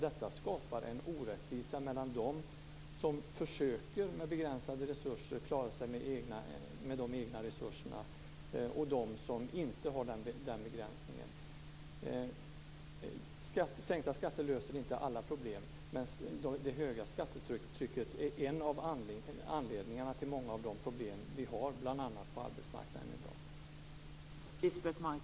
Detta skapar en orättvisa mellan dem som försöker klara sig med de egna begränsade resurserna och dem som inte gör det. Sänkta skatter löser inte alla problem. Men det höga skattetrycket är en av anledningarna till många av de problem som vi har bl.a. på arbetsmarknaden i dag.